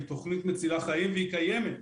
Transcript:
היא תוכנית מצילה חיים והיא קיימת,